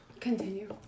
Continue